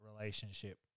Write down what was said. relationship